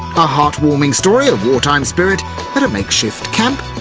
a heartwarming story of wartime spirit at a makeshift camp,